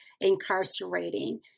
incarcerating